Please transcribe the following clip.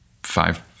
five